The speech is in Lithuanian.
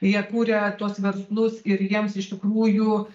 jie kūria tuos verslus ir jiems iš tikrųjų